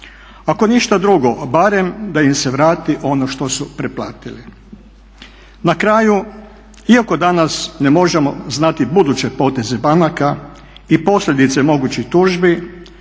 Ako ništa drugo barem da im se vrati ono što su preplatili. Na kraju, iako danas ne možemo znati buduće poteze banaka i posljedice mogućih tužbi,